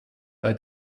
bei